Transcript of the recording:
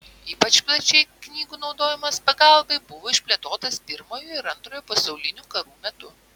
ypač plačiai knygų naudojimas pagalbai buvo išplėtotas pirmojo ir antrojo pasaulinių karų metu